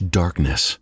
darkness